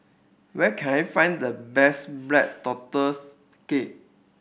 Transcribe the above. where can I find the best Black Tortoise Cake